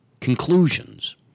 conclusions